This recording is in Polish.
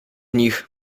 nich